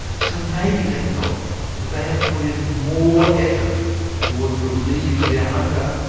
so maybe they felt that they had to put in more effort towards relieving their hunger.